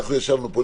ישבנו פה,